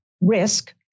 risk